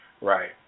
Right